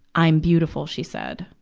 i'm beautiful she said.